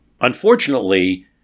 Unfortunately